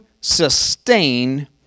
sustain